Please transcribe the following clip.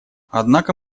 однако